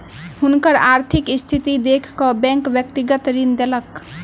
हुनकर आर्थिक स्थिति देख कअ बैंक व्यक्तिगत ऋण देलक